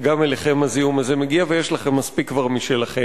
וגם אליכם הזיהום הזה מגיע וכבר יש לכם מספיק משלכם.